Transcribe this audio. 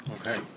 Okay